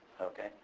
Okay